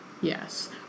Yes